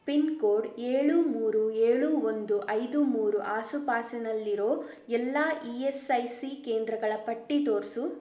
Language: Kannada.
ಪಿನ್ಕೋಡ್ ಏಳು ಮೂರು ಏಳು ಒಂದು ಐದು ಮೂರು ಆಸುಪಾಸಿನಲ್ಲಿರೋ ಎಲ್ಲ ಇ ಎಸ್ ಐ ಸಿ ಕೇಂದ್ರಗಳ ಪಟ್ಟಿ ತೋರಿಸು